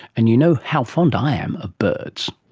and you know how fond i am of birds.